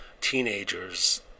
teenagers